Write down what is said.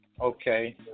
Okay